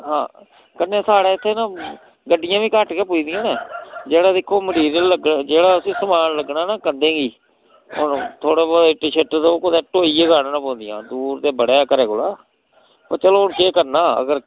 हां कन्नै साढ़े इत्थै ना गड्डियां बी घट्ट गै पुजदियां न जेह्ड़ा दिक्खो मटिरियल लगग जेह्ड़ा उसी समान लग्गना नां कंधें गी थोह्ड़ा बहुत इट्ट शिट्ट ते ओह् कुदै ढोइयै गै आह्नना पौंदियां दूर ते बड़ा ऐ घरै कोला पर चलो हून केह् करना अगर